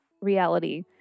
reality